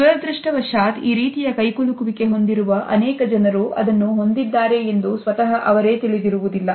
ದುರದೃಷ್ಟವಶಾತ್ ಈ ರೀತಿಯ ಕೈಕುಲುಕು ವಿಕೆ ಹೊಂದಿರುವ ಅನೇಕ ಜನರು ಅದನ್ನು ಹೊಂದಿದ್ದಾರೆ ಎಂದು ಸ್ವತಃ ಅವರೇ ತಿಳಿದಿರುವುದಿಲ್ಲ